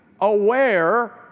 aware